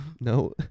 No